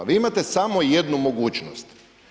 Vi imate samo jednu mogućost.